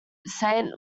saint